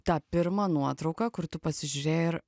tą pirmą nuotrauką kur tu pasižiūrėjai ir